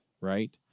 right